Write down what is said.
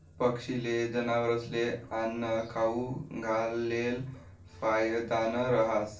पक्षीस्ले, जनावरस्ले आन्नं खाऊ घालेल फायदानं रहास